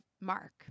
Mark